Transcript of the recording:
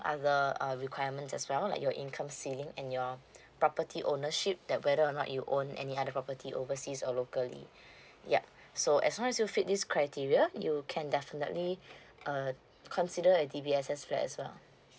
other uh requirement as well like your income ceiling and your property ownership that whether or not you own any other property overseas or locally yup so as long as you fit these criteria you can definitely uh consider a D_B_S_S flat as well